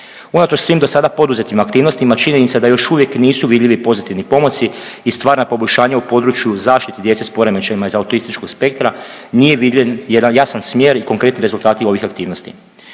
Unatoč svim do sada poduzetim aktivnostima, činjenica je da još uvijek nisu vidljivi pozitivni pomaci i stvarna poboljšanja u području zaštite djece s poremećajima iz autističkog spektra, nije vidljiv jedan jasan smjer i konkretni rezultati ovih aktivnosti.